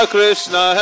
Krishna